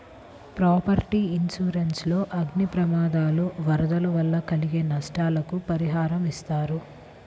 property insurance లో అగ్ని ప్రమాదాలు, వరదలు వల్ల కలిగే నష్టాలకు పరిహారమిస్తారు